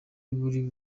buri